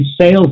sales